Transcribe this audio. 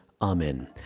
Amen